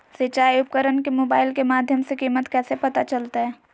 सिंचाई उपकरण के मोबाइल के माध्यम से कीमत कैसे पता चलतय?